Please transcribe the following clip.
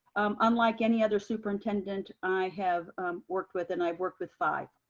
unlike any other superintendent i have worked with, and i've worked with five.